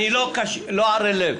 לא ערל לב.